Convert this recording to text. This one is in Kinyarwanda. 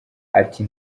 ati